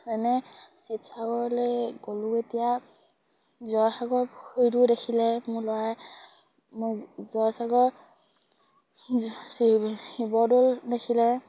যেনে শিৱসাগৰলে গ'লোঁ এতিয়া জয়সাগৰ পুখুৰীটো দেখিলে মোৰ ল'ৰাই মোৰ জয়সাগৰ শিৱদৌল দেখিলে